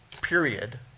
period